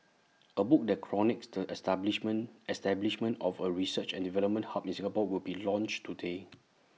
A book that chronicles the establishment establishment of A research and development hub in Singapore will be launched today